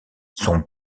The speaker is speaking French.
son